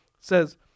says